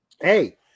Hey